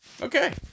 Okay